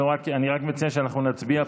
אני רק מציין שאנחנו נצביע פעמיים,